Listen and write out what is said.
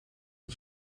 een